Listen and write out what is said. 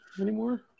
anymore